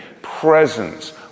presence